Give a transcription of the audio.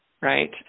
right